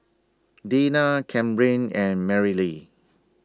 Dinah Camryn and Marylee